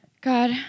God